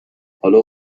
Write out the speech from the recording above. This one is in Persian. حالا